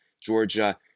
Georgia